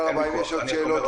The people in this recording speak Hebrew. אין ויכוח.